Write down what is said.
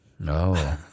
No